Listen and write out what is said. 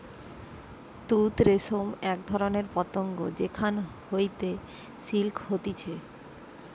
তুত রেশম এক ধরণের পতঙ্গ যেখান হইতে সিল্ক হতিছে